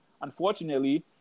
Unfortunately